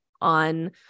on